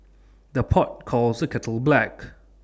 the pot calls the kettle black